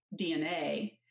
DNA